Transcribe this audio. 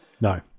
No